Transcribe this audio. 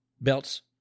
belts